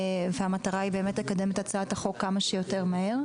והמטרה היא באמת לקדם את הצעת החוק כמה שיותר מהר.